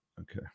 Okay